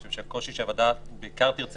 אני חושב שהקושי שהוועדה בעיקר תרצה